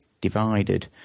divided